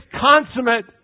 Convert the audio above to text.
consummate